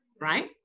right